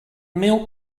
meal